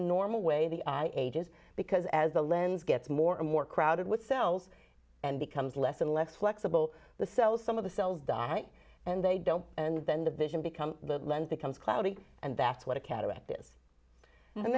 normal way the eye ages because as the lens gets more and more crowded with cells and becomes less and less flexible the cells some of the cells die and they don't and then the vision become the lens becomes cloudy and